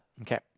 Okay